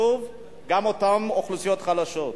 שוב, אותן אוכלוסיות חלשות.